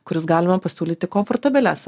kuris gali man pasiūlyti komfortabilias